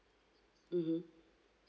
mmhmm